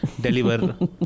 deliver